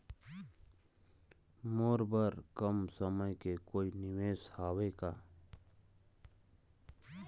मोर बर कम समय के कोई निवेश हावे का?